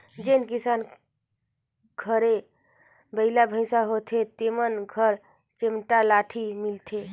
जेन किसान घर बइला भइसा होथे तेमन घर चमेटा लाठी मिलही